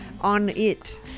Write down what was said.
on-it